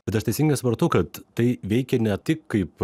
bet aš teisingai supratau kad tai veikia ne tik kaip